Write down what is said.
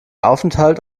aufenthalt